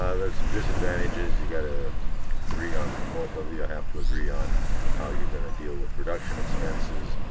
ah there's some disadvantages you gotta agree on both of you have to agree on how you're going to deal with production expenses,